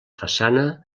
façana